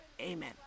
amen